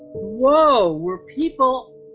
whoa! we're people,